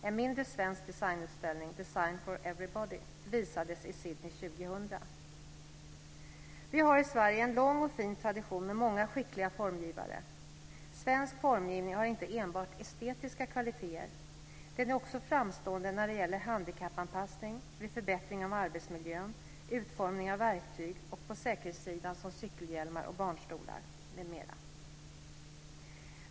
En mindre svensk designutställning, Design för Every Vi har i Sverige en lång och fin tradition med många skickliga formgivare. Svensk formgivning har inte enbart estetiska kvaliteter. Den är också framstående när det gäller handikappanpassning, vid förbättring av arbetsmiljön, vid utformning av verktyg och på säkerhetssidan såsom cykelhjälmar, barnstolar m.m.